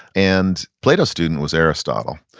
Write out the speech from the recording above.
and plato's student was aristotle,